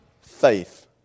faith